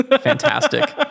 Fantastic